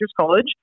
college